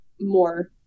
more